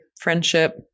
Friendship